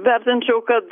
vertinčiau kad